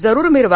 जरूर मिरवा